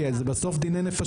כי בסוף זה דיני נפשות,